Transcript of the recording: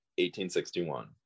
1861